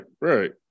right